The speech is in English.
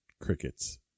Crickets